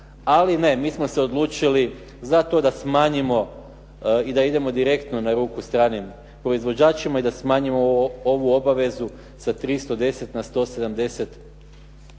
Ali ne, mi smo se odlučili za to da smanjimo i da idemo direktno na ruku stranim proizvođačima i da smanjimo ovu obavezu sa 310 na 180